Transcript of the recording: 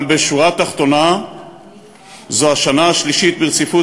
אבל בשורה התחתונה זו השנה השלישית ברציפות